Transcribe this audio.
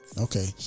okay